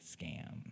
scam